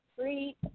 three